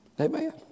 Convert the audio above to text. Amen